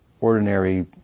ordinary